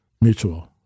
Mutual